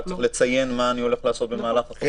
רק צריך לציין מה אני הולך לעשות במהלך התוכנית?